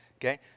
Okay